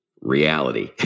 reality